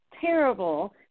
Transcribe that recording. terrible